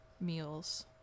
meals